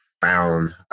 found